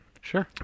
Sure